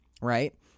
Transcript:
right